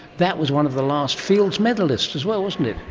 that was one of the last fields medallists as well, wasn't it.